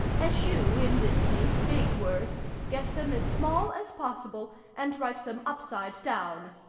eschew, in this case, big words get them as small as possible, and write them upside down.